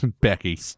Becky